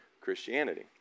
Christianity